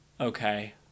Okay